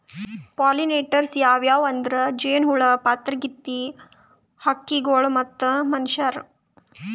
pollinators ಯಾವ್ಯಾವ್ ಅಂದ್ರ ಜೇನಹುಳ, ಪಾತರಗಿತ್ತಿ, ಹಕ್ಕಿಗೊಳ್ ಮತ್ತ್ ಮನಶ್ಯಾರ್